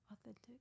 authentic